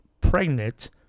pregnant